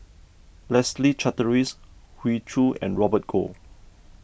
Leslie Charteris Hoey Choo and Robert Goh